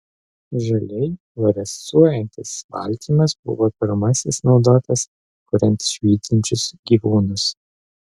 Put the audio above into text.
žaliai fluorescuojantis baltymas buvo pirmasis naudotas kuriant švytinčius gyvūnus